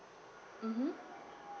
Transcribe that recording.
mmhmm